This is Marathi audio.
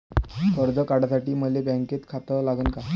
कर्ज काढासाठी मले बँकेत खातं लागन का?